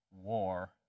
war